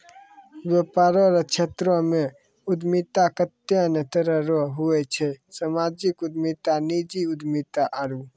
वेपार रो क्षेत्रमे उद्यमिता कत्ते ने तरह रो हुवै छै सामाजिक उद्यमिता नीजी उद्यमिता आरु